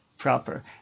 proper